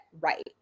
right